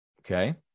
okay